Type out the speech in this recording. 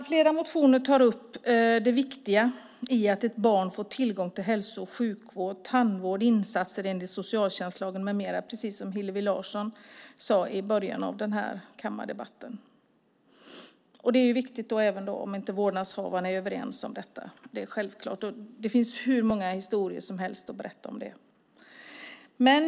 Flera motionärer tar upp det viktiga i att barn får tillgång till hälso och sjukvård, tandvård, insatser enligt socialtjänstlagen med mera, precis som Hillevi Larsson sade i början av den här kammardebatten. Det är viktigt även i fall där vårdnadshavare inte är överens, självklart. Det finns hur många historier som helst att berätta om det.